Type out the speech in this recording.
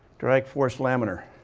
direct force laminar,